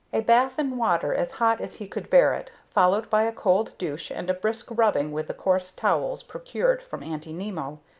a bath in water as hot as he could bear it, followed by a cold douche and a brisk rubbing with the coarse towels procured from aunty nimmo,